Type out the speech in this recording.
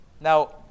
Now